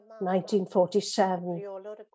1947